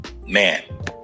Man